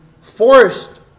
forced